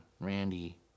Randy